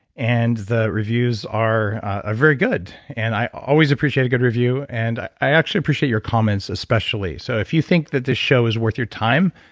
and the reviews are ah very good. and i always appreciate a good review, and i actually appreciate your comments especially. so if you think that this show is worth your time,